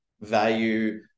value